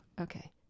Okay